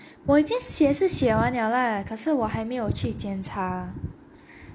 我已经写是写完了啦可是我还没有去检查